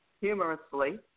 humorously